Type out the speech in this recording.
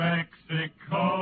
Mexico